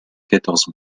quatorze